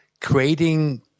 creating